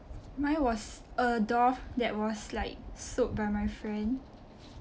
mine was a doll that was like sewed by my friend